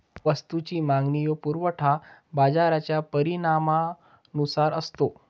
वस्तूची मागणी व पुरवठा बाजाराच्या परिणामानुसार असतो